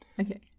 Okay